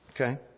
Okay